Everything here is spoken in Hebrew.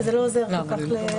השאלה היא למה היא קיימת.